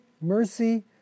mercy